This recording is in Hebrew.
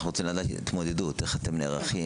אנחנו רוצים לדעת איך אתם נערכים,